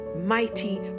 mighty